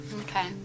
Okay